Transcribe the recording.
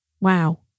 wow